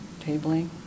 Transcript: tabling